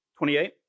28